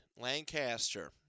Lancaster